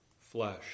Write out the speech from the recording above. flesh